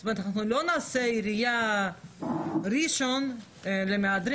זאת אומרת אנחנו לא נעשה עיריית ראשון למהדרין,